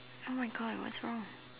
!oh-my-God! what's wrong